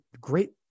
great